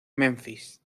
memphis